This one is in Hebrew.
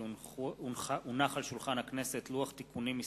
כי הונח על שולחן הכנסת לוח תיקונים מס'